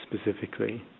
specifically